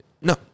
No